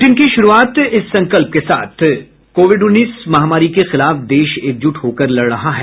bulletin की शुरूआत से पहले ये संकल्प कोविड उन्नीस महामारी के खिलाफ देश एकजुट होकर लड़ रहा है